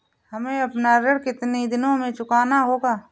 हमें अपना ऋण कितनी दिनों में चुकाना होगा?